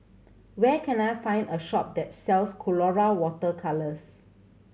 where can I find a shop that sells Colora Water Colours